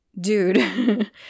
dude